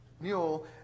mule